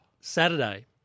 Saturday